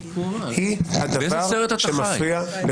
היא הדבר שמפריע.